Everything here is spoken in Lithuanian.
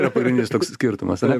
yra pagrindinis toks skirtumas ane